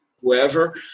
whoever